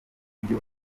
buryo